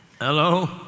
Hello